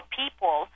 people